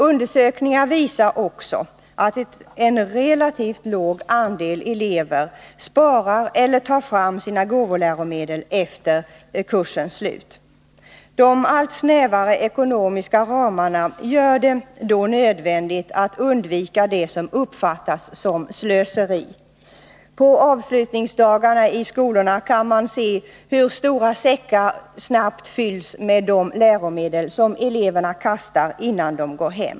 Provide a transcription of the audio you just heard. Undersökningar visar också att en relativt liten andel elever sparar eller tar fram sina gåvoläromedel efter kursens slut. De allt snävare ekonomiska ramarna gör det nödvändigt att vi undviker det som uppfattas som slöseri. På avslutningsdagarna i skolorna kan man se hur stora säckar snabbt fylls med de läromedel som eleverna kastar innan de går hem.